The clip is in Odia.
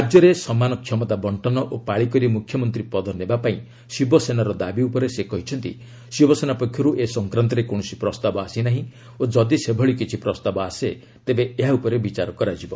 ରାଜ୍ୟରେ ସମାନ କ୍ଷମତା ବଣ୍ଟନ ଓ ପାଳିକରି ମ୍ରଖ୍ୟମନ୍ତ୍ରୀ ପଦ ନେବା ପାଇଁ ଶିବସେନାର ଦାବି ଉପରେ ସେ କହିଛନ୍ତି ଶିବସେନା ପକ୍ଷର୍ତ ଏ ସଂକ୍ରାନ୍ତରେ କୌଣସି ପ୍ରସ୍ତାବ ଆସିନାହିଁ ଓ ଯଦି ସେଭଳି କିଛି ପ୍ରସ୍ତାବ ଆସେ ତେବେ ଏହା ଉପରେ ବିଚାର କରାଯିବ